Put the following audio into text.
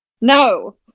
No